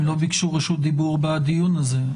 הם לא ביקשו רשות דיבור בדיון הזה.